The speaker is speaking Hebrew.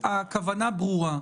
הכוונה ברורה.